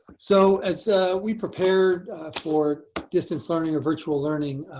so as we prepare for distance learning or virtual learning